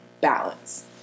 balance